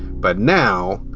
but now,